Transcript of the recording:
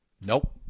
Nope